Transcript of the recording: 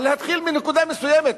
אבל להתחיל מנקודה מסוימת.